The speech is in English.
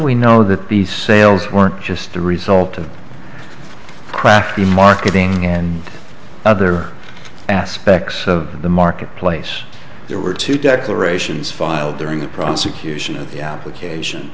we know that the sales weren't just the result of crafty marketing and other aspects of the marketplace there were two declarations filed during the prosecution of the application